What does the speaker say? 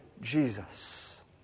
Jesus